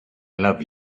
love